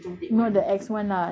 err ex hafiz